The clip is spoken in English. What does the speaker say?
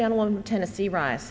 general in tennessee right